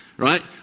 Right